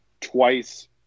twice